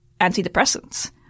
antidepressants